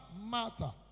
Martha